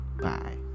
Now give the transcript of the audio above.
bye